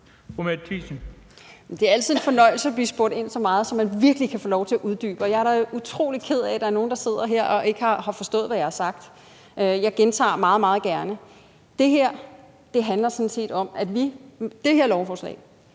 Det er altid en fornøjelse, når der bliver spurgt så meget, at man virkelig kan få lov til at uddybe. Og jeg er da utrolig ked af, at der sidder nogle her og ikke har forstået, hvad jeg har sagt – jeg gentager det meget, meget gerne. Med det her lovforslag